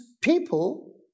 people